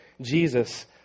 Jesus